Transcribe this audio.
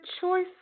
choice